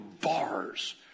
bars